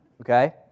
Okay